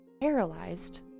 paralyzed